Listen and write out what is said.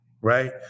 right